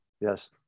yes